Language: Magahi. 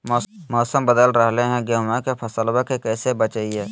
मौसम बदल रहलै है गेहूँआ के फसलबा के कैसे बचैये?